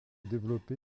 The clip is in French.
développé